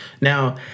Now